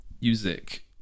music